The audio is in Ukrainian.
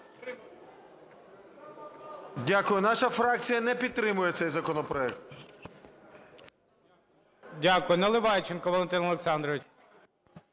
Дякую. Наша фракція не підтримує цей законопроект. ГОЛОВУЮЧИЙ. Дякую. Наливайченко Валентин Олександрович.